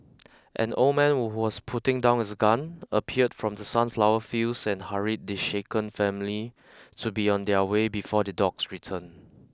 an old man who was putting down his gun appeared from the sunflower fields and hurried the shaken family to be on their way before the dogs return